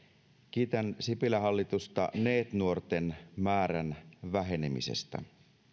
kiitän sipilän hallitusta neet nuorten määrän vähenemisestä